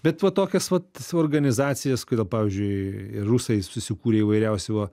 bet va tokias vat organizacijas kodėl pavyzdžiui rusai susikūrė įvairiausių va